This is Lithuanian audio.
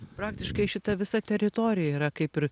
praktiškai šita visa teritorija yra kaip ir